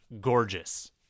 gorgeous